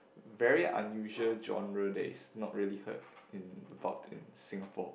very unusual genre that is not really heard in about in Singapore